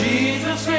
Jesus